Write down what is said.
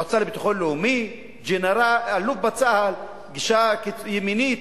מועצה לביטחון לאומי, אלוף בצה"ל, גישה ימנית.